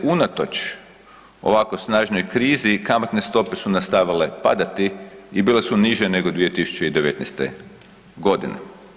Unatoč ovako snažnoj krizi kamatne stope su nastavile padati i bile su niže nego 2019. godine.